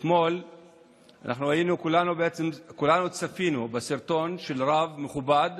אתמול כולנו צפינו בסרטון של רב מכובד,